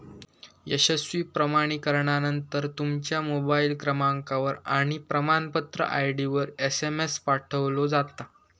यशस्वी प्रमाणीकरणानंतर, तुमच्या मोबाईल क्रमांकावर आणि प्रमाणपत्र आय.डीवर एसएमएस पाठवलो जाता